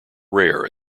rare